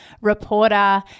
reporter